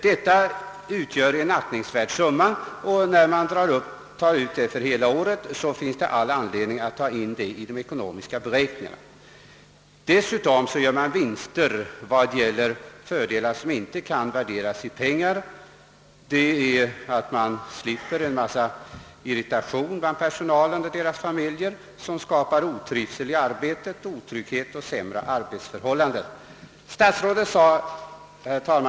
Detta skulle i kronor per år utgöra en aktningsvärd summa, som det finns all anledning att uppmärksamma i de ekonomiska beräkningarna. Dessutom vinns fördelar som inte kan värderas i pengar. Man slipper irritation bland personalen och dess familjer — en irritation som eljest skapar otrivsel i arbetet, otrygghet och sämre arbetsförhållanden, med försämrad trafiksäkerhet som följd.